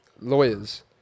lawyers